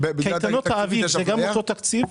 קייטנות האביב זה גם חוק תקציב?